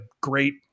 great